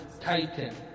titan